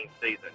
season